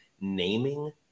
naming